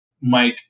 Mike